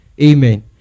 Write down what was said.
Amen